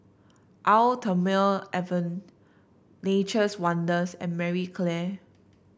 Eau Thermale Avene Nature's Wonders and Marie Claire